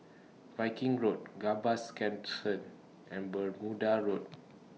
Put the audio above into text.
Viking Road Gambas Camp cent and Bermuda Road